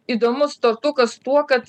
įdomus tortukas tuo kad